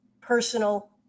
personal